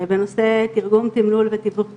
בנושא תרגום, תימלול ותיווך תקשורת.